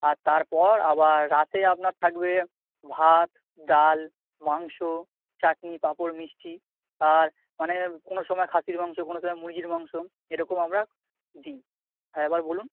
আর তারপর আবার রাতে আপনার থাকবে ভাত ডাল মাংস চাটনি পাঁপড় মিষ্টি আর মানে কোনো সময় খাসির মাংস কোনো সময় মুরগির মাংস এরকম আমরা দিই হ্যাঁ এবার বলুন